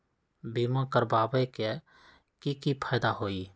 बीमा करबाबे के कि कि फायदा हई?